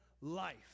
life